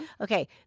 Okay